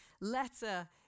letter